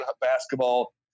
basketball